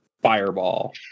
fireball